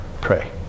pray